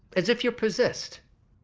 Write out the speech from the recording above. as if you're possessed.